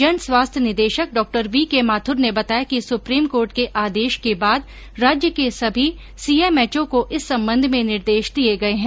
जनस्वास्थ्य निदेशक डॉ वीकेमाथुर ने बताया कि सुप्रीम कोर्ट को आदेश के बाद राज्य के सभी सीएमएचओ को इस संबंध में निर्देश दिए गए है